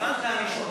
גברתי היושבת-ראש,